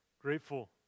grateful